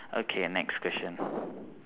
okay next question